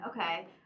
okay